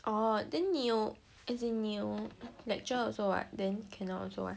oh then 你有 as in 你有 lecture also [what] then cannot also [what]